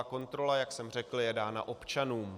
Kontrola, jak jsem řekl, je dána občanům.